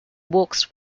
books